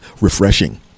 Refreshing